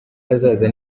hazaza